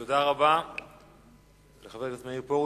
תודה רבה לחבר הכנסת מאיר פרוש.